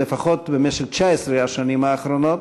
לפחות במשך 19 השנים האחרונות.